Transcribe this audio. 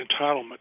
entitlement